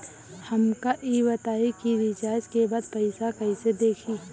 हमका ई बताई कि रिचार्ज के बाद पइसा कईसे देखी?